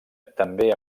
també